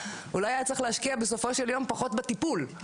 אולי היה צריך להשקיע בסופו של יום פחות בטיפול,